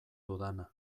dudana